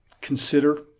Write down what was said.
consider